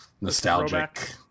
nostalgic